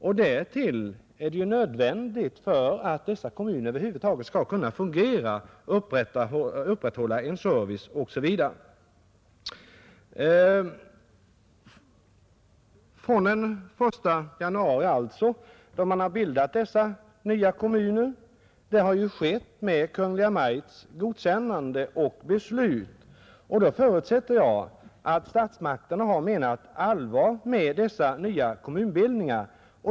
Och för att dessa kommuner skall kunna fungera måste man skapa en ordentlig service. När man bildat dessa nya kommuner från den 1 januari har det ju skett med Kungl. Maj:ts godkännande och beslut. Då förutsätter jag att statsmakterna har menat allvar med dessa nya kommunbildningar.